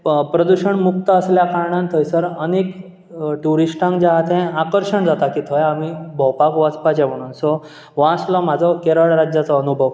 प्रदुशण मुक्त आसल्या कारणान थंयसर अनेक टुरिश्टांक जें आसा तें आकर्शण जाता की थंय आमी भोंवपाक वचपाचें म्हुणून सो हो आसलो म्हजो केरळ राज्याचो अनुभव